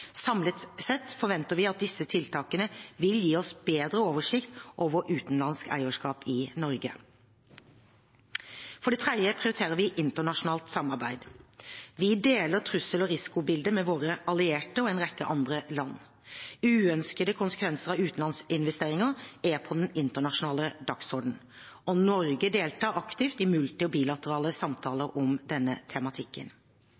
Samlet sett forventer vi at disse tiltakene vil gi oss bedre oversikt over utenlandsk eierskap i Norge. For det tredje prioriterer vi internasjonalt samarbeid. Vi deler trussel- og risikobildet med våre allierte og en rekke andre land. Uønskede konsekvenser av utenlandsinvesteringer er på den internasjonale dagsordenen, og Norge deltar aktivt i multi- og bilaterale